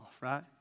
Right